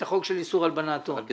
שחוקק חוק איסור הלבנת הון?